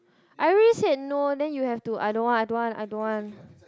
I already said no then you have to I don't want I don't want I don't want